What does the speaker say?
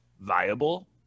viable